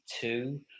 Two